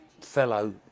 fellow